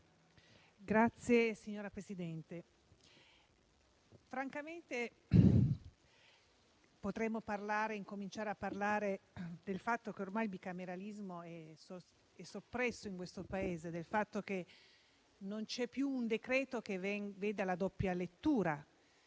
Signora Presidente, francamente potremmo incominciare a parlare del fatto che ormai il bicameralismo è soppresso in questo Paese, del fatto che non c'è più un decreto che veda la doppia lettura